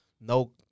no